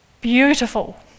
beautiful